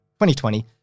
2020